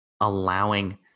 allowing